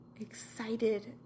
Excited